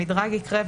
המדרג יקרה,